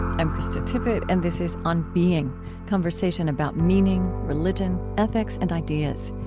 i'm krista tippett, and this is on being conversation about meaning, religion, ethics, and ideas.